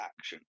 action